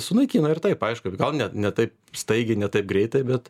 sunaikina ir taip aišku gal net ne taip staigiai ne taip greitai bet